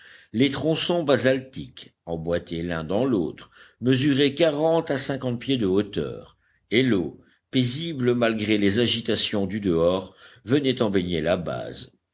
les tronçons basaltiques emboîtés l'un dans l'autre mesuraient quarante à cinquante pieds de hauteur et l'eau paisible malgré les agitations du dehors venait en baigner la base